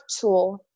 tool